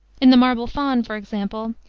in the marble faun, for example,